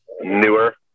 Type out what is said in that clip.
Newer